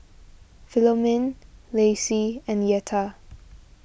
Philomene Lacy and Yetta